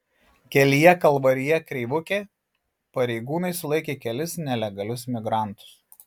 kelyje kalvarija kreivukė pareigūnai sulaikė kelis nelegalius migrantus